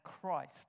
Christ